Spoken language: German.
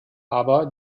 aber